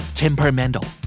temperamental